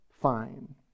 Fine